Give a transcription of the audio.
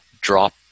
drop